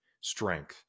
strength